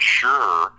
sure